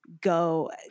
go